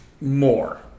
More